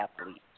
athletes